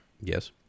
Yes